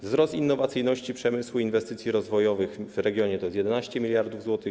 Wzrost innowacyjności przemysłu i inwestycji rozwojowych w regionie to jest 11 mld zł.